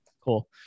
cool